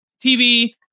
TV